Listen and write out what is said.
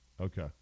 Okay